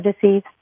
disease